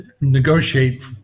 negotiate